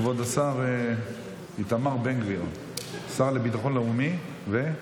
כבוד השר איתמר בן גביר, השר לביטחון לאומי ו-?